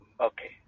Okay